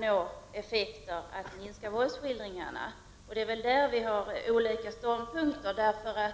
nå effekten att minska våldsskildringarna. Det är där vi har olika ståndpunkter.